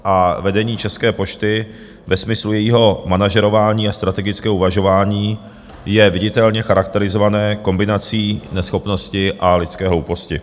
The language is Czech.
A vedení České pošty ve smyslu jejího manažerování a strategického uvažování je viditelně charakterizované kombinací neschopnosti a lidské hlouposti.